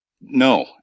No